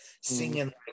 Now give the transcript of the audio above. singing